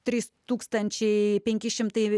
trys tūkstančiai penki šimtai